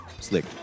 Slick